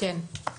כן.